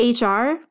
HR